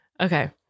Okay